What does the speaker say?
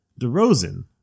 DeRozan